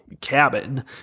cabin